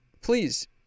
please